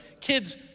kids